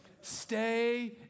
Stay